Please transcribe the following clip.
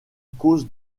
cause